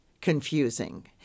confusing